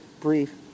brief